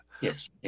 Yes